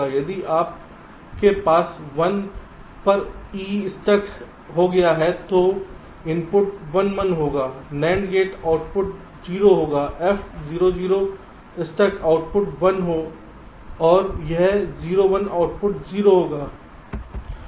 यदि आपके पास 1 पर E स्टक गया है तो इनपुट 1 1 होगा NAND गेट आउटपुट 0 होगा F 0 0 स्टक आउटपुट 1 और यह 0 1 आउटपुट 0 होगा